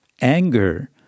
anger